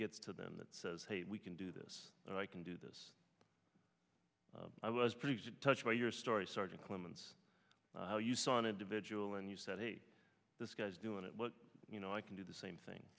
gets to them that says hey we can do this and i can do this i was pretty touched by your story sergeant clements how you saw an individual and you said hey this guy's doing it well you know i can do the same thing